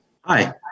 Hi